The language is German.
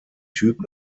typ